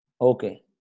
Okay